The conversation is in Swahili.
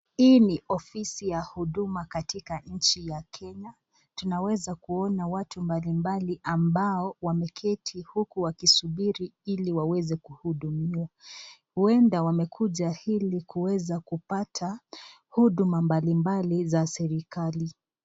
Hii ni ofisi ya huduma katika nchi ya Kenya, tunaweza kuona watu mbalimbali ambao wameketi huku wakisubiri ili waweze kuhudumiwa. Huenda wamekuja ili kuweza kupata huduma mbalimbali za serikali.